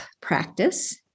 practice